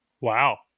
wow